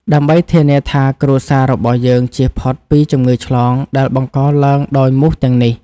ដើម្បីធានាថាគ្រួសាររបស់យើងចៀសផុតពីជំងឺឆ្លងដែលបង្កឡើងដោយមូសទាំងនេះ។